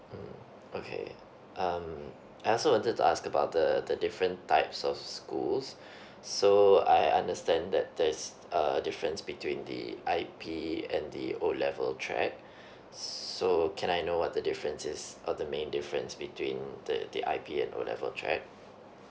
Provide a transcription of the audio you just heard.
mm okay um I also wanted to ask about the the different types of schools so I understand that there's uh difference between the I_P and the O level track so can I know what the difference is or the main difference between the the I_P and O level track